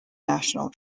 national